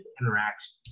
interactions